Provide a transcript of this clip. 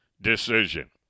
decision